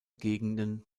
gegenden